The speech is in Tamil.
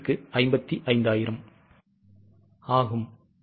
ஏற்கனவே 5000 மற்றும் 3500 ஆரம்ப இருப்பு உள்ளது